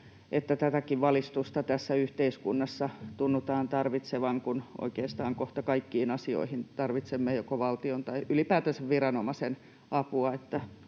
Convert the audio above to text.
että tätäkin valistusta tässä yhteiskunnassa tunnutaan tarvittavan, niin kuin oikeastaan kohta kaikkiin asioihin tarvitsemme joko valtion tai ylipäätänsä viranomaisen apua.